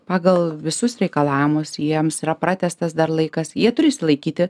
pagal visus reikalavimus jiems yra pratęstas dar laikas jie turi išsilaikyti